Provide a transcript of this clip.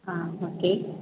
ஆ okay